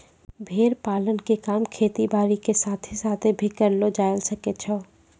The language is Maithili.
भेड़ पालन के काम खेती बारी के साथ साथ भी करलो जायल सकै छो